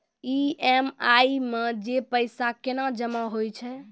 EMI मे जे पैसा केना जमा होय छै?